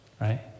right